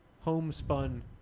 homespun